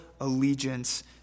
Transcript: allegiance